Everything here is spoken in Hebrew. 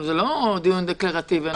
זה לא דיון דקלרטיבי.